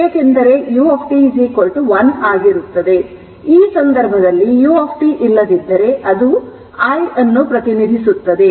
ಆದ್ದರಿಂದ ಈ ಸಂದರ್ಭದಲ್ಲಿ u ಇಲ್ಲದಿದ್ದರೆ ಅದು I ಅನ್ನು ಪ್ರತಿನಿಧಿಸುತ್ತದೆ